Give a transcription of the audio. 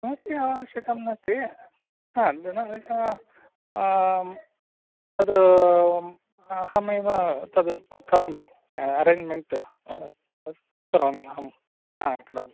तस्य आवश्यकं नास्ति आम् तद् अहमेव तद् करोमि अरेञ्जमेण्ट् तद् करोमि अहम् आं करोमि